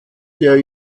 der